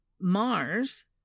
Mars